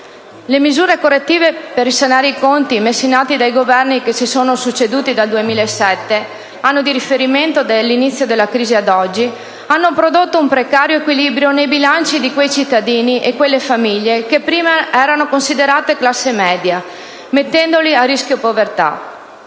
Le misure correttive per risanare i conti messe in atto dai Governi che si sono succeduti dal 2007 (anno di riferimento dell'inizio della crisi ad oggi) hanno prodotto un precario equilibrio nei bilanci di quei cittadini e quelle famiglie dapprima considerati classe media, esponendoli al rischio povertà.